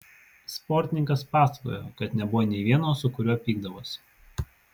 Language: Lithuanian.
sportininkas pasakojo kad nebuvo nei vieno su kuriuo pykdavosi